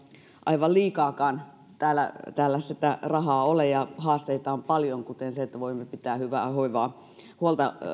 aivan liikaakaan täällä täällä ole ja haasteita on paljon kuten se että voimme pitää hyvää huolta